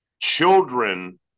Children